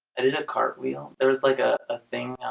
i did a cartwheel. there was like a ah thing